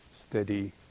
steady